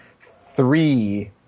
three